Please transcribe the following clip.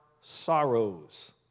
sorrows